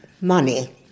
money